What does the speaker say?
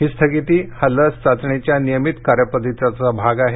ही स्थगिती हा लस चाचणीच्या नियमित कार्यपद्धतीचा भाग आहे